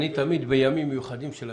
אני תמיד בימים מיוחדים של הכנסת,